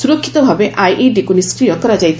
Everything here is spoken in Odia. ସୁରକ୍ଷିତ ଭାବେ ଆଇଇଡିକୁ ନିଷ୍କ୍ରୟି କରାଯାଇଥିଲା